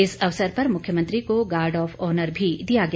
इस अवसर पर मुख्यमंत्री को गार्ड ऑफ ऑनर भी दिया गया